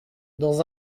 dans